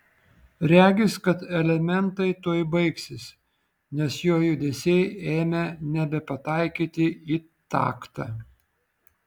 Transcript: regis kad elementai tuoj baigsis nes jo judesiai ėmė nebepataikyti į taktą